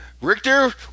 Richter